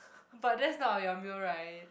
but that's not your meal right